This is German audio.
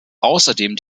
außerdem